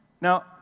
Now